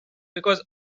because